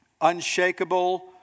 unshakable